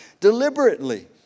deliberately